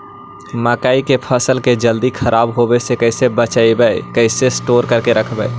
मकइ के फ़सल के जल्दी खराब होबे से कैसे बचइबै कैसे स्टोर करके रखबै?